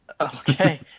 Okay